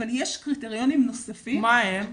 אבל יש קריטריונים נוספים --- מה הם?